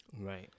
Right